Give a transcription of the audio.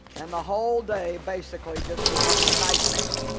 and the whole day basically just becomes a nightmare